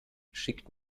schickt